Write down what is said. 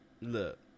look